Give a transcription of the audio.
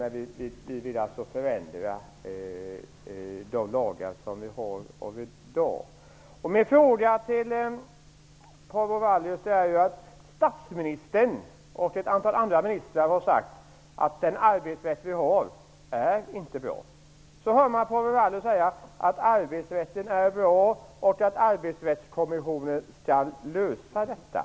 Men vi vill alltså förändra de lagar som vi har i dag. Statsministern och ett antal andra ministrar har sagt att den arbetsrätt vi har inte är bra, och så hör man Paavo Vallius säga att arbetsrätten är bra och att arbetsrättskommissionen skall lösa detta.